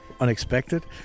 Unexpected